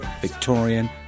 Victorian